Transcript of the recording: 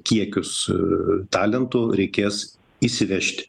kiekius talentų reikės įsivežti